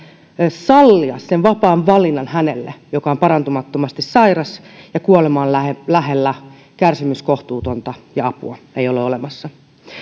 sallia sen vapaan valinnan hänelle joka on parantumattomasti sairas ja jolla kuolema on lähellä kärsimys kohtuutonta ja jolle apua ei ole olemassa